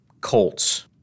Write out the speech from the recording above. Colts